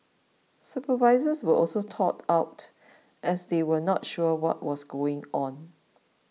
supervisors were also caught out as they were not sure what was going on